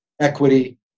equity